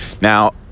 now